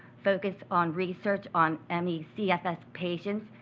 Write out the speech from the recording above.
focus on research, on me cfs pages,